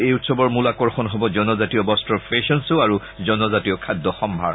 এই উৎসৱৰ মূল আকৰ্ষণ হ'ব জনজাতিয় বস্তৰ ফেশ্বন শ্ব আৰু জনজাতিয় খাদ্য সম্ভাৰ